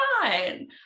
fine